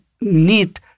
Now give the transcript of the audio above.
need